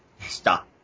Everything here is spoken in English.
stop